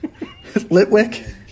Litwick